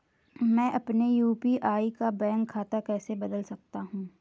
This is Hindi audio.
मैं अपने यू.पी.आई का बैंक खाता कैसे बदल सकता हूँ?